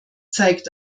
zeigt